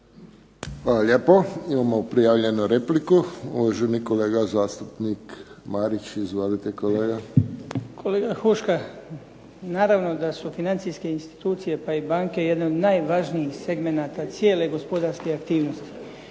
lijepo. Imamo prijavljenu repliku. Uvaženi kolega zastupnik Marić. Izvolite, kolega. **Marić, Goran (HDZ)** Kolega Huška, naravno da su financijske institucije pa i banke jedan od najvažnijih segmenata cijele gospodarske aktivnosti,